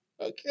Okay